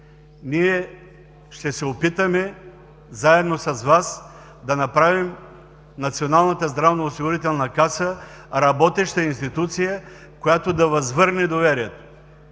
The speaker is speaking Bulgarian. ще се опитаме заедно с Вас да направим Националната здравноосигурителна каса работеща институция, която да възвърне доверието.